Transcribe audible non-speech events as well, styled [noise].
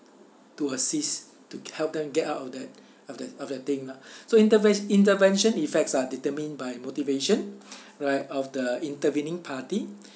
to assist to help them get out of that of that of that thing lah [breath] so interves~ intervention effects are determined by motivation [breath] right of the intervening party